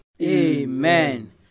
Amen